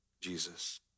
Jesus